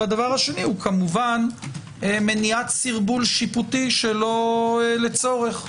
הדבר השני הוא כמובן מניעת סרבול שיפוטי שלא לצורך.